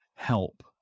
help